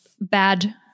bad